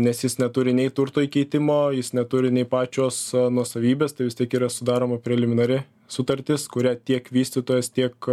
nes jis neturi nei turto įkeitimo jis neturi nei pačios nuosavybės tai vis tiek yra sudaroma preliminari sutartis kuria tiek vystytojas tiek